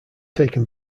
taken